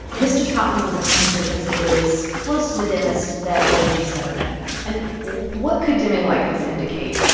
this just caught people's attention because it was close to the dimmest that betelgeuse has ever been and what could dimming like this indicate?